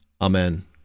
Amen